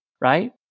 right